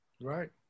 Right